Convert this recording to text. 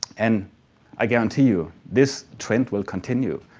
and i guarantee you this trend will continue.